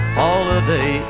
holiday